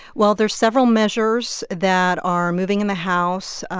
well, there's several measures that are moving in the house.